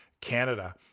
Canada